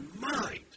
mind